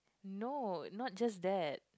no not just that